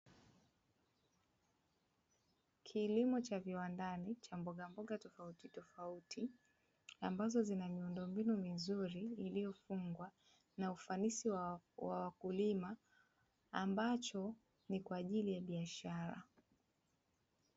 Kilimo cha viwandani cha mbogamboga tofautitofauti ambazo zina miundombinu mizuri iliyofungwa na ufanisi wa wakulima ambacho ni kwa ajili ya biashara.